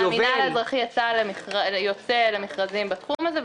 אני אומרת שהמינהל האזרחי יוצא למכרזים בתחום הזה,